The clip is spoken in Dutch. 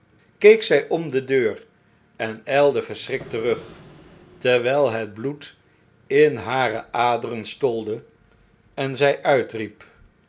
keek zjj om de deur en ijlde verschrikt terug terwjjl het bloed in hare aderen stolde en zjj uitriep